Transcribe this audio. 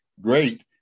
great